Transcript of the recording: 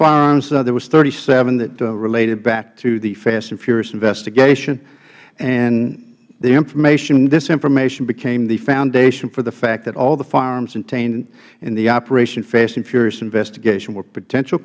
firearms there were thirty seven that related back to the fast and furious investigation and the informationh this information became the foundation for the fact that all the firearms obtained in the operation fast and furious investigation were potential